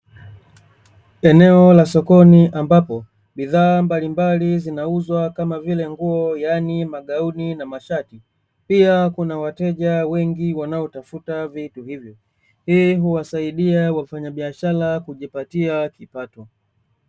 Eneo la sokoni, ambapo bidhaa mbalimbali zinauzwa kama vile nguo, yaani magauni na mashati, pia kuna wateja wengi wanaotafuta vitu hivyo, hii huwasaidia wafanyabiashara kujipatia kipato.